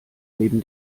neben